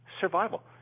survival